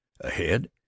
ahead